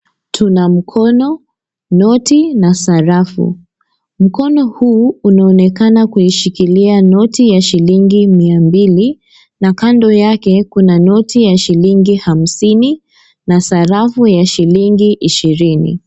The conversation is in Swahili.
Tuna mkono, noti na sarafu, mkono huu unaonekana kuishikilia noti ya shilingi mia mbili na kando yake kuna noti ya shilingi hamsini na sarafu ya shilingi hamsini.